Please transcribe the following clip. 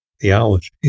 theology